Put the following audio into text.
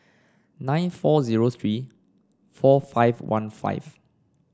nine four zero three four five one five